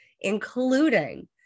including